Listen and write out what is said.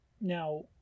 Now